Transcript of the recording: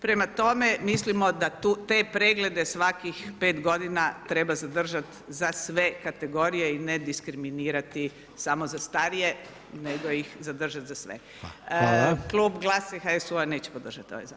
Prema tome mislimo da te preglede svakih 5 godina treba zadržati za sve kategorije i ne diskriminirati samo za starije, nego ih zadržati za sve [[Upadica Reiner: Hvala.]] Klub Glasa i HSU-a neće podržati ovaj zakon.